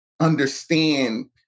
understand